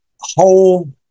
whole